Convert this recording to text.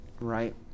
Right